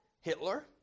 Hitler